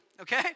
okay